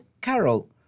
Carol